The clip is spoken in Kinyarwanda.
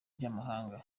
by’amahanga